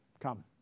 come